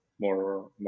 more